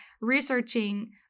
researching